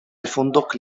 الفندق